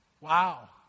Wow